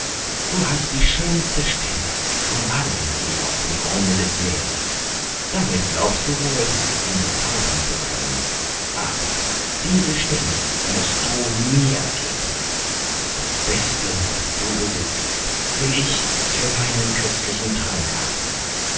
du hast die schönste stimme von allen hier auf dem grunde des meeres damit glaubst du wohl ihn bezaubern zu können aber diese stimme mußt du mir geben das beste was du besitzest will ich für meinen köstlichen trank haben